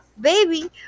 Baby